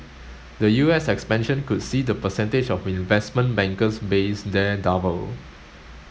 the U S expansion could see the percentage of investment bankers based there double